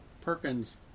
Perkins